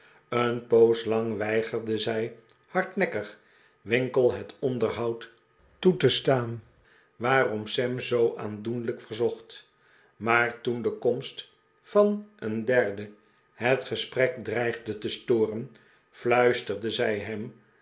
een poos lang weigerde zij hardnekkig winkle het onderhoud toe te staan waarom sam zoq aandoenlijk verzocht maar toen de komst van een derde het gesprek dreigde te storen fluisterde zij hem